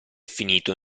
finito